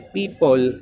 people